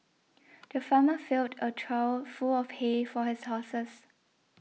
the farmer filled a trough full of hay for his horses